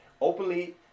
openly